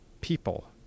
people